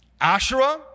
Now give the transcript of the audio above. Asherah